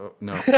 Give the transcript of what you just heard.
No